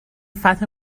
فتح